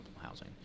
housing